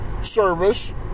service